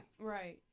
Right